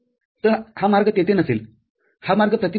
तर हा मार्ग तेथे नसेल हा मार्ग प्रतिबंधित आहे